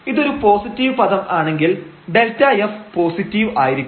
ഇതൊരു പോസിറ്റീവ് പദം ആണെങ്കിൽ Δf പോസിറ്റീവ് ആയിരിക്കും